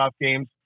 games